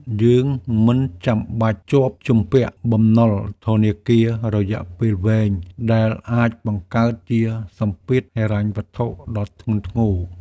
យើងមិនចាំបាច់ជាប់ជំពាក់បំណុលធនាគាររយៈពេលវែង ដែលអាចបង្កើតជាសម្ពាធហិរញ្ញវត្ថុដ៏ធ្ងន់ធ្ងរ។